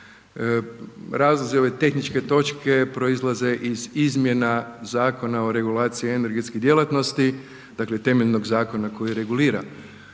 Razlozi ove tehničke točke proizlaze iz izmjena Zakona o regulaciji energetskih djelatnosti, dakle temeljnog zakona koji regulira